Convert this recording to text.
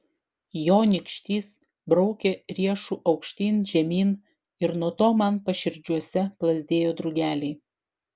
jo nykštys braukė riešu aukštyn žemyn ir nuo to man paširdžiuose plazdėjo drugeliai